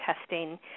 testing